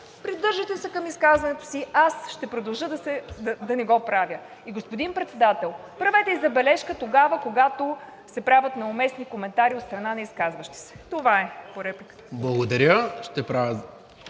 Придържайте се към изказването си, аз ще продължа да не го правя. Господин Председател, правете забележка, когато се правят неуместни коментари от страна на изказващи се. Това е по репликата.